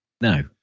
No